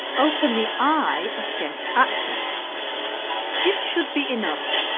open the eye of guest access this should be enough,